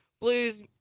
blues